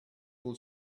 full